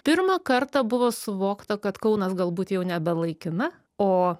pirmą kartą buvo suvokta kad kaunas galbūt jau nebe laikina o